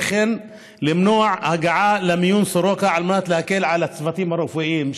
וכן כדי למנוע הגעה למיון בסורוקה על מנת להקל על הצוותים הרפואיים,